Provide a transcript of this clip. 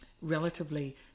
relatively